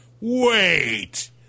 Wait